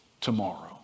tomorrow